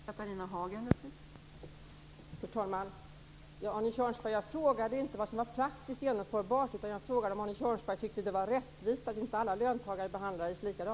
Fru talman! Jag frågade inte, Arne Kjörnsberg, vad som var praktiskt genombart, utan jag frågade om Arne Kjörnsberg tyckte att det var rättvist att alla löntagare inte behandlades lika.